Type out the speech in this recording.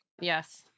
Yes